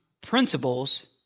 principles